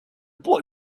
boy